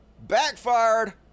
backfired